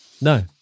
No